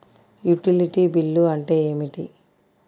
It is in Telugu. యుటిలిటీ బిల్లు అంటే ఏమిటి?